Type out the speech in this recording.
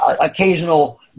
occasional